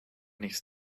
nichts